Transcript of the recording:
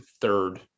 third